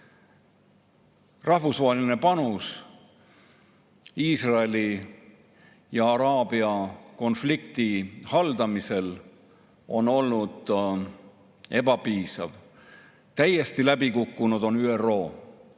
rahvusvaheline panus Iisraeli ja araabia konflikti haldamisel on olnud ebapiisav. Täiesti läbikukkunud on ÜRO.